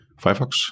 Firefox